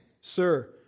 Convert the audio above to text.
Sir